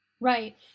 right